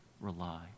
rely